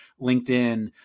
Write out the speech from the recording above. LinkedIn